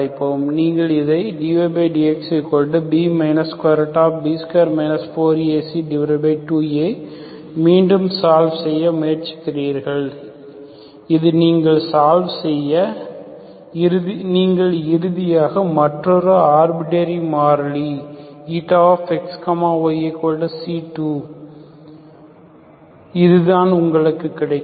நீங்கள் இதை dydxB B2 4AC2Aமீண்டும் சால்வ் செய்ய முயற்சிக்கிறீர்கள் இது நீங்கள் சால்வ் செய்ய நீங்கள் இறுதியாக மற்றொரு ஆர்டர்ட்ட்டரி மாறிலி xyc2 இதுதான் உங்களுக்குக் கிடைக்கும்